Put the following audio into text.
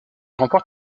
remporte